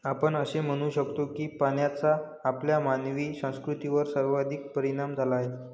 आपण असे म्हणू शकतो की पाण्याचा आपल्या मानवी संस्कृतीवर सर्वाधिक परिणाम झाला आहे